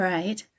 Right